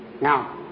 Now